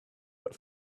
but